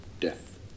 death